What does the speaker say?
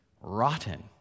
rotten